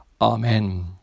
Amen